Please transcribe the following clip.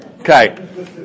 Okay